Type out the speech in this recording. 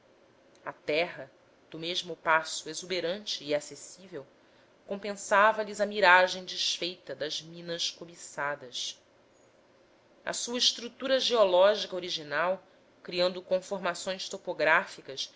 a terra do mesmo passo exuberante e acessível compensava lhes a miragem desfeita das minas cobiçadas a sua estrutura geológica original criando conformações topográficas